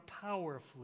powerfully